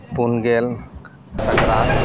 ᱯᱩᱱᱜᱮᱞ ᱥᱟᱠᱨᱟᱛ